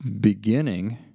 beginning